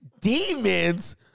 Demons